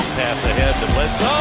nasa head, oh